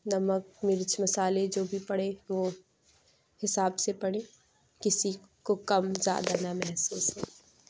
نمک مرچ مسالے جو بھی پڑیں وہ حساب سے پڑیں کسی کو کم زیادہ نہ محسوس ہوں